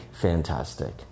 fantastic